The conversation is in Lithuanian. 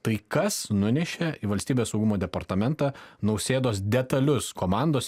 tai kas nunešė į valstybės saugumo departamentą nausėdos detalius komandos